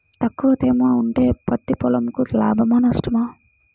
తక్కువ తేమ ఉంటే పత్తి పొలంకు లాభమా? నష్టమా?